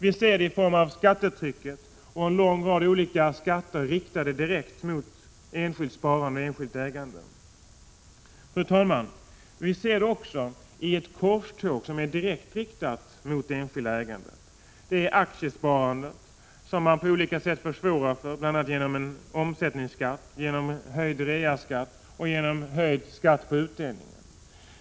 Vi ser det på skattetrycket och på en lång rad skatter riktade direkt mot enskilt sparande och enskilt ägande. Fru talman! Vi ser det också i ett korståg som är direkt riktat mot det enskilda ägandet. Det handlar om aktiesparandet, som man på alla sätt försvårar, bl.a. genom en omsättningsskatt, genom en höjning av reaskatten och genom en höjning av skatten på utdelningen.